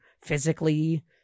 physically